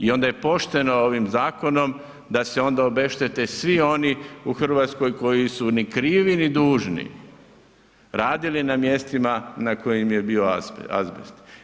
I onda je pošteno ovim zakonom da se onda obeštete svi oni u Hrvatskoj koji su ni krivi, ni dužni radili na mjestima na kojima je bio azbest.